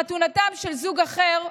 חתונתם של זוג אחר,